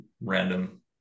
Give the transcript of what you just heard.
random